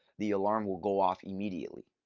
the alarm will go off immediately.